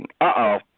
Uh-oh